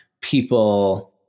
people